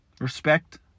Respect